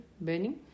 burning